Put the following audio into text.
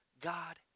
God